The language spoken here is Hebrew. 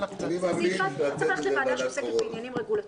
אני חושב שמכיוון שמדובר כאן בהצעת חוק שהיא בעיקר קשורה לרשות המסים,